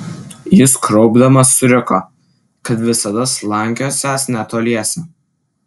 jis kraupdamas suriko kad visada slankiosiąs netoliese